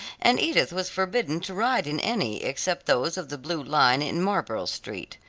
and edith was forbidden to ride in any except those of the blue line in marlborough street.